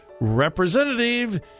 representative